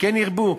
כן ירבו.